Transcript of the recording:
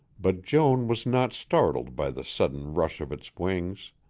but joan was not startled by the sudden rush of its wings.